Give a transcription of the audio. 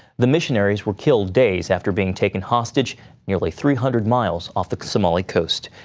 the missionaries were killed days after being taken hostage nearly three hundred miles off the somali coast.